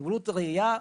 למוגבלות ראייה,